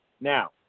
Now